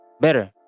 better